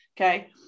Okay